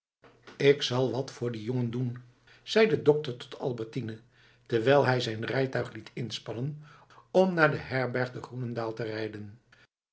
k zal wat voor dien jongen doen zei de dokter tot albertine terwijl hij zijn rijtuig liet inspannen om naar de herberg te groenendaal te rijden